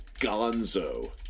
gonzo